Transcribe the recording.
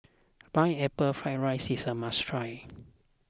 Pineapple Fried Rice is a must try